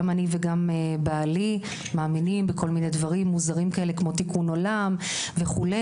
גם אני וגם בעלי מאמינים בכל מיני דברים מוזרים כמו תיקון עולם וכולי,